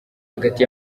hagati